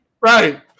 Right